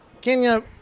Kenya